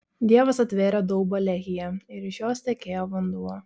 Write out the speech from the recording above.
dievas atvėrė daubą lehyje ir iš jos tekėjo vanduo